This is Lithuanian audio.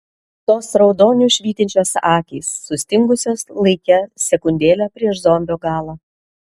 tos raudoniu švytinčios akys sustingusios laike sekundėlę prieš zombio galą